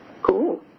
Cool